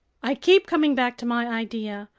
i keep coming back to my idea.